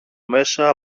μέσα